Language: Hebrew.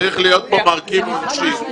צריך להיות פה מרכיב עונשי.